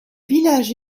village